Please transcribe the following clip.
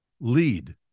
Lead